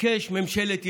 ביקש ממשלת ימין.